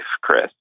Chris